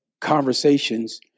conversations